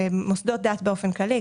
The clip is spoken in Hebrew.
זה מוסדות דת באופן כללי,